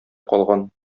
калган